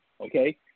okay